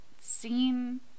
seen